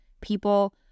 people